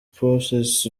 poesis